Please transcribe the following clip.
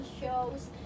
shows